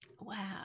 Wow